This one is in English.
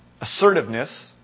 assertiveness